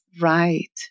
right